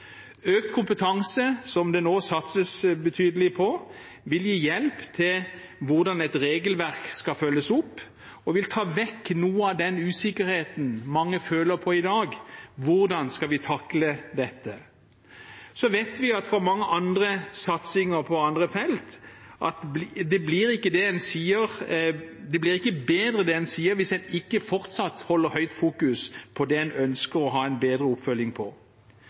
Økt kompetanse, som det nå satses betydelig på, vil gi hjelp til hvordan et regelverk skal følges opp og vil ta vekk noe av den usikkerheten mange føler på i dag: Hvordan skal vi takle dette? Så vet vi fra mange andre satsinger på andre felt, at det blir ikke bedre det en sier, hvis en ikke fortsatt har stor oppmerksomhet rettet mot det en ønsker å ha en bedre oppfølging